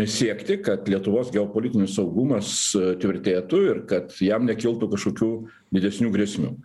siekti kad lietuvos geopolitinis saugumas tvirtėtų ir kad jam nekiltų kažkokių didesnių grėsmių